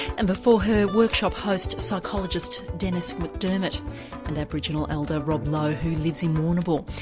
and before her, workshop host, psychologist dennis mcdermott and aboriginal elder rob lowe, who lives in warrnambool.